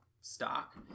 stock